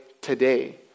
today